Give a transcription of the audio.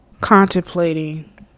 contemplating